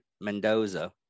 mendoza